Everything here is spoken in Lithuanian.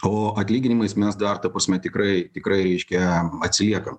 o atlyginimais mes dar ta prasme tikrai tikrai reiškia atsiliekam